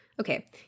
okay